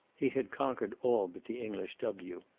he had conquered all but the english w.